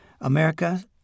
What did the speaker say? America